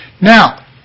Now